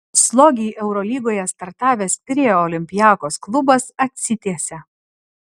slogiai eurolygoje startavęs pirėjo olympiakos klubas atsitiesia